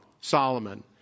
Solomon